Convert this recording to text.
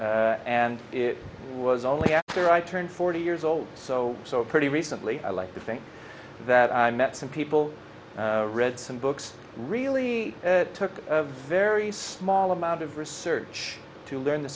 and it was only after i turned forty years old so so pretty recently i like to think that i met some people read some books really took a very small amount of research to learn the